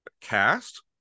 cast